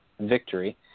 victory